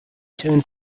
turned